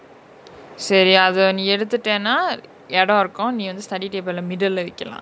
சரி அத நீ எடுத்துடனா எடோ இருக்கு நீ வந்து:sari atha nee eduthutanaa edo iruku nee vanthu study table ah middle lah வைக்கலா:vaikalaa